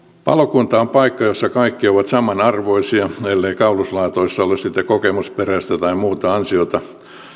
palokunta on paikka jossa kaikki ovat samanarvoisia ellei kauluslaatoissa ole sitten kokemusperäistä tai muuta ansiota